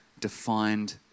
defined